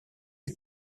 est